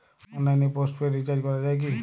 অনলাইনে postpaid recharge করা যায় কি?